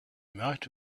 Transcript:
might